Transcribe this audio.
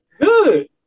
Good